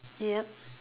yup